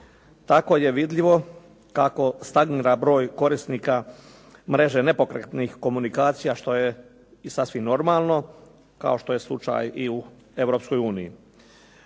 Tako je vidljivo kako stagnira broj korisnika mreže nepokretnih komunikacija što je i sasvim normalno kao što je slučaj i u